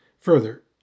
Further